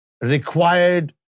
required